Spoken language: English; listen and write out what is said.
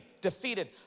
Defeated